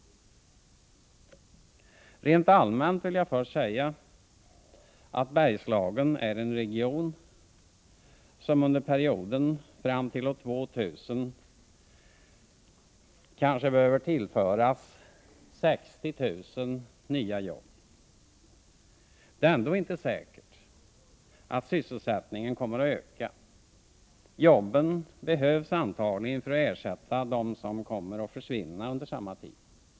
Rent allmänt vill jag först säga att Bergslagen är en region som under perioden fram till år 2000 kanske behöver tillföras 60 000 nya jobb. Det är ändå inte säkert att sysselsättningen kommer att öka. Arbeten behövs antagligen för att ersätta dem som kommer att försvinna under samma tid.